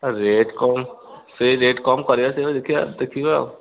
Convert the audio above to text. rate କମ୍ ସେଇ rate କମ୍ କରିବା ସେ ଦେଖିବା ଦେଖିବା